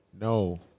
no